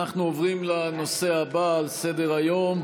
אנחנו עוברים לנושא הבא על סדר-היום,